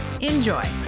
enjoy